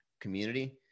community